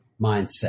mindset